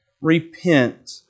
repent